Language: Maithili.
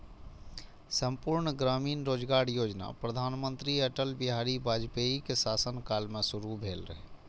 संपूर्ण ग्रामीण रोजगार योजना प्रधानमंत्री अटल बिहारी वाजपेयीक शासन काल मे शुरू भेल रहै